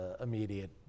immediate